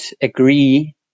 agree